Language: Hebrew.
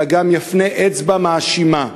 אלא גם יפנה אצבע מאשימה,